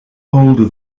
older